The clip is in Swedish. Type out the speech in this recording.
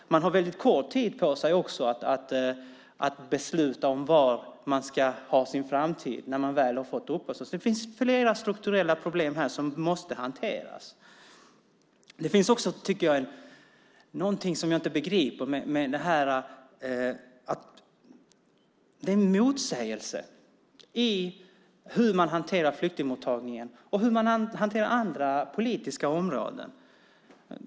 Man har också väldigt kort tid på sig att besluta om var man ska ha sin framtid när man väl har fått uppehållstillstånd. Det finns flera strukturella problem som måste hanteras. Det finns någonting som jag inte begriper. Det finns en motsägelse när det gäller hur man hanterar flyktingmottagningen och hur man hanterar andra politiska områden.